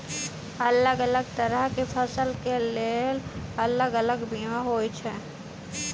अलग अलग तरह केँ फसल केँ लेल अलग अलग बीमा होइ छै?